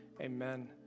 Amen